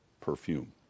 perfume